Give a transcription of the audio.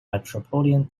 metropolitan